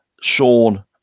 Sean